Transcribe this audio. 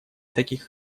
таких